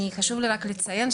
חשוב לי רק לציין,